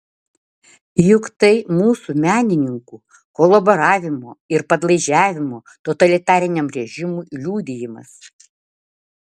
juk tai mūsų menininkų kolaboravimo ir padlaižiavimo totalitariniam režimui liudijimas